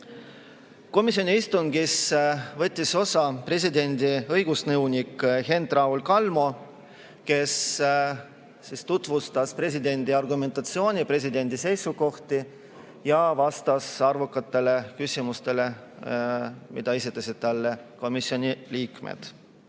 Komisjoni istungist võttis osa presidendi õigusnõunik Hent-Raul Kalmo, kes tutvustas presidendi argumentatsiooni, presidendi seisukohti, ja vastas arvukatele küsimustele, mida esitasid talle komisjoni liikmed.